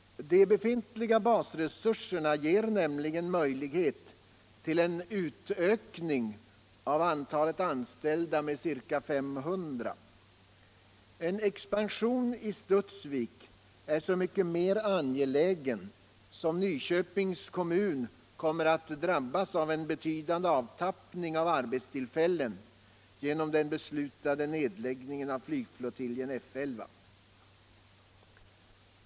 De befintliga basresurserna ger nämligen möjlighet till en utökning av antalet anställda med ca 500. En expansion i Studsvik är så mycket mer angelägen som Nyköpings kommun kommer att drabbas av en betydande avtappning av arbetstillfällen genom den beslutade nedläggningen av flygflottiljen F 11.